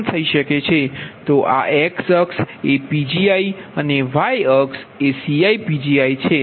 તો x અક્ષ એ Pgi અને y અક્ષ એ CiPgi છે